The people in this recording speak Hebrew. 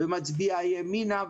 ומצביע ימינה,